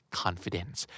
confidence